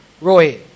Roy